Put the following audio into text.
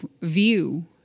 view